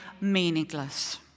meaningless